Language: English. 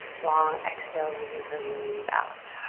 long exhales as you breathe out.